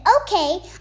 Okay